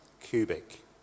cubic